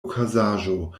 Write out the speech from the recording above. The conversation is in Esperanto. okazaĵo